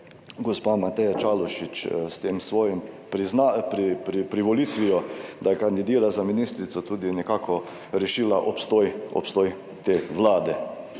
gospa Mateja Čalušić s to svojo privolitvijo, da kandidira za ministrico, tudi nekako rešila obstoj te Vlade.